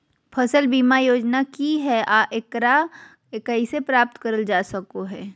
फसल बीमा योजना की हय आ एकरा कैसे प्राप्त करल जा सकों हय?